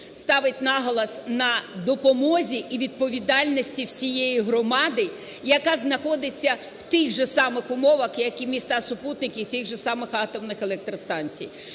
ставить наголос на допомозі і відповідальності всієї громади, яка знаходиться в тих же самих умовах, як і міста-супутники тих же самих атомних електростанцій.